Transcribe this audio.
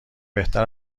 بهتر